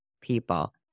people